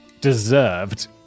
deserved